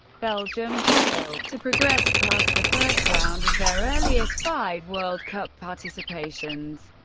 belgium failed to progress past the first round of their earliest five world cup participations.